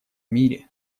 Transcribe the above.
мире